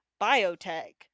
Biotech